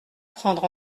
prendre